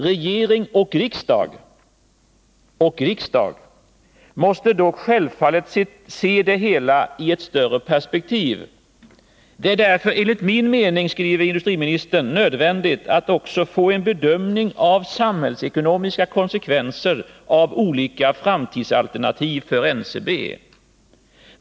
Regering och riksdag måste dock självfallet se det hela i ett större perspektiv. Det är därför enligt min mening”, skriver industriministern, ”nödvändigt att också få en bedömning av samhällsekonomiska konsekvenser av olika framtidsalternativ för Ncb.